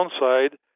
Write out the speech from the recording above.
downside